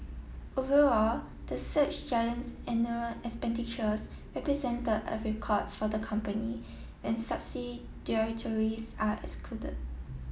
overall the search giant's expenditures represented a record for the company when are excluded